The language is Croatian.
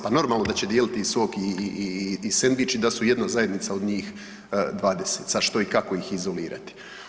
Pa normalno da će dijeliti i sok i sendvič i da su jedna zajednica od njih 20, šta što i kako ih izolirati.